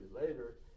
later